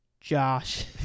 josh